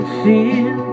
feel